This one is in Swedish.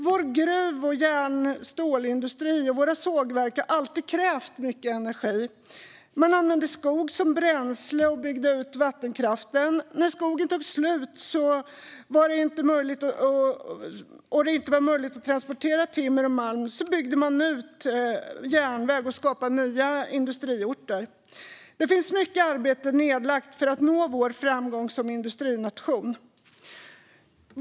Vår gruv och järn och stålindustri och våra sågverk har alltid krävt mycket energi. Man använde skog som bränsle och byggde ut vattenkraften. När skogen tog slut och det inte var möjligt att transportera timmer och malm byggde man ut järnvägen och skapade nya industriorter. Mycket arbete har lagts ned för att nå vår framgång som industrination.